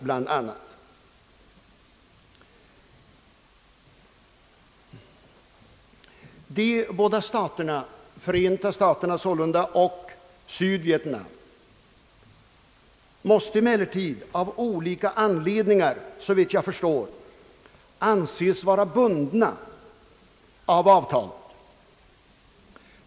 Såvitt jag förstår, måste Förenta staterna och Sydvietnam ändå av olika an ledningar anses vara bundna av avtalet.